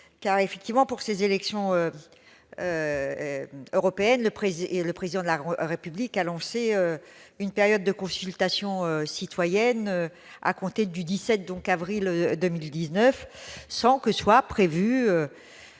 des futures élections européennes, le Président de la République a lancé une période de consultation citoyenne à compter du 17 avril 2019 sans que soit prévue